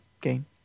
game